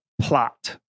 plot